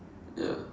ya